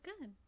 good